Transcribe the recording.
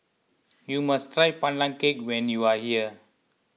you must try Pandan Cake when you are here